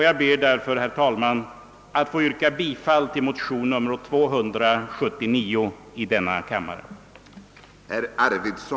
Jag ber därför, herr talman, att få yrka bifall till motionen II: 279.